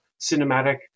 cinematic